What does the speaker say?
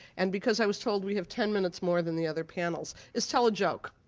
and because i was told we have ten minutes more than the other panels, is tell a joke.